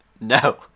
No